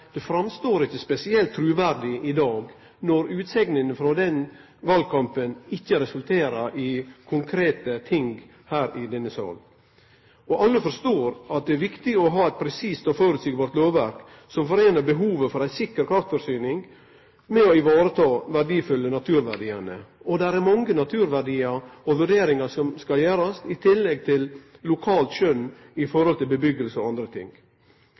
Det verkar ikkje spesielt truverdig i dag når utsegnene frå den valkampen ikkje resulterer i noko konkret her i denne salen. Alle forstår at det er viktig å ha eit presist og føreseieleg lovverk som foreiner behovet for ei sikker kraftforsyning med å vareta dei verdfulle naturverdiane. Det er mange naturverdiar, og vurderingar må gjerast – i tillegg kjem lokalt skjøn i forhold til busetnad og andre ting.